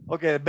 Okay